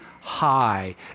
high